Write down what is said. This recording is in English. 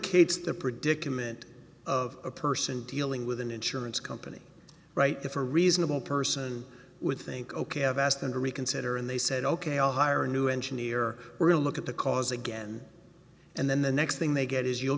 implicates the predicament of a person dealing with an insurance company right there for a reasonable person would think ok i've asked them to reconsider and they said ok i'll hire a new engineer look at the cause again and then the next thing they get is you'll